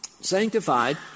sanctified